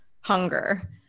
hunger